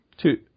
Two